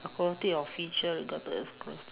quality or feature regarded as a characteristic